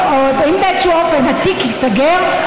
אופן התיק ייסגר,